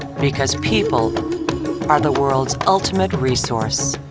because people are the world's ultimate resource.